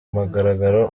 mugaragaro